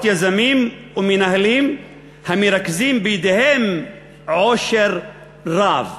יזמים ומנהלים המרכזים בידיהם עושר רב.